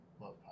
Love